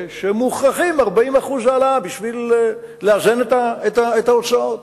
שמוכרחים 40% העלאה כדי לאזן את ההוצאות,